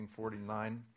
1949